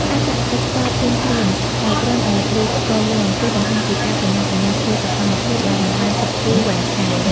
ការចាក់ទឹកចោលភ្លាមៗដោយគ្រាន់តែឮផ្គរលាន់ គឺបង្ហាញពីការប្រញាប់ប្រញាល់ធ្វើសកម្មភាពដោយមិនបានគិតគូរវែងឆ្ងាយ។